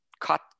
cut